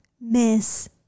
miss